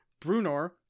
Brunor